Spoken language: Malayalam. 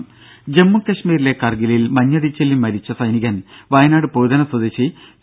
ദ്ദേ ജമ്മു കശ്മീരിലെ കർഗിലിൽ മഞ്ഞിടിച്ചിലിൽ മരിച്ച സൈനികൻ വയനാട് പൊഴുതന സ്വദേശി സി